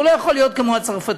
הוא לא יכול להיות כמו הצרפתי.